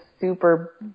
super